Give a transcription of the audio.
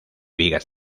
vigas